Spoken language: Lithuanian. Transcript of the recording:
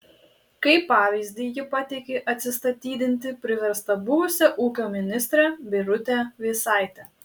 kaip pavyzdį ji pateikė atsistatydinti priverstą buvusią ūkio ministrę birutę vėsaitę